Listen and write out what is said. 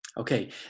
okay